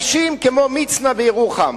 אנשים כמו מצנע בירוחם,